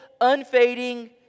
unfading